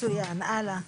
מצוין, הלאה.